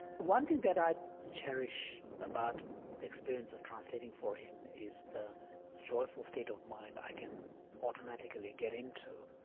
one thing that i cherish about the experience of translating for him is the joyful state of mind i can automatically get into.